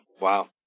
Wow